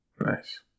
Nice